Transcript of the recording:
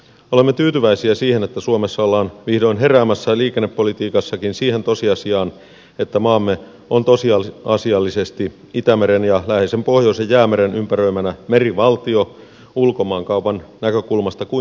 olemme tyytyväisiä siihen että suomessa ollaan vihdoin heräämässä liikennepolitiikassakin siihen tosiasiaan että maamme on tosiasiallisesti itämeren ja läheisen pohjoisen jäämeren ympäröimänä merivaltio ulkomaankaupan näkökulmasta kuin saari